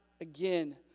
again